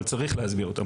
אבל צריך להסביר אותם.